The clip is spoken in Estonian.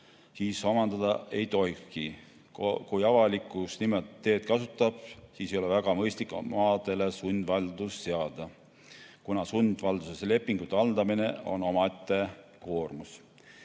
siis omandada ei tohikski. Kui avalikkus sellist teed kasutab, siis ei ole väga mõistlik maadele sundvaldust seada, kuna sundvalduslepingute haldamine on omaette koormus.